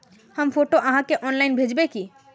हम फोटो आहाँ के ऑनलाइन भेजबे की?